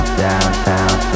downtown